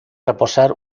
reposar